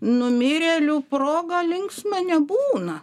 numirėlių proga linksma nebūna